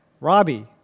Robbie